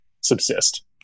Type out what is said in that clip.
subsist